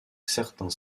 certains